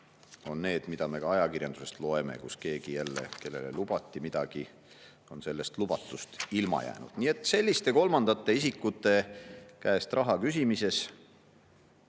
on need, mida me ka ajakirjandusest loeme, kus jälle keegi, kellele lubati midagi, on sellest lubatust ilma jäänud. Nii et sellises kolmandate isikute käest raha küsimises